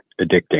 addicting